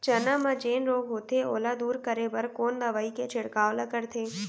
चना म जेन रोग होथे ओला दूर करे बर कोन दवई के छिड़काव ल करथे?